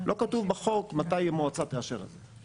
לא כתוב בחוק מתי המועצה תאשר את זה?